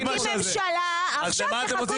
שהם לא מעוניינים להיות חברים בוועדות.